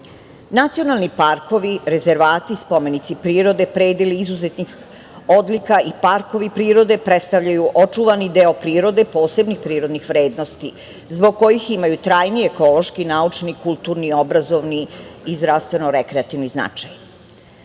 sredine. Nacionalni parkovi, rezervati, spomenici prirode, predeli izuzetnih odlika i parkovi prirode predstavljaju očuvani deo prirode posebnih prirodnih vrednosti zbog kojih imaju trajni ekološki, naučni, kulturni, obrazovni i zdravstveno-rekreativni značaj. Razlozi